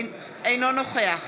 אינו נוכח